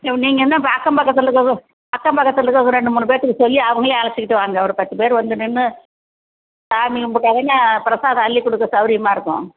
சரி நீங்கள் இன்னும் ப அக்கம் பக்கத்தில் இருக்கிறது அக்கம் பக்கத்தில் இருக்கிறவங்க ரெண்டு மூணு பேர்த்துக்கு சொல்லி அவங்களையும் அழைச்சிட்டு வாங்க ஒரு பத்து பேர் வந்து நின்று சாமி கும்பிட்டாங்கன்னா பிரசாதம் அள்ளிக் கொடுக்க சௌகரியமா இருக்கும்